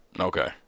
okay